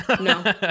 No